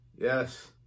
yes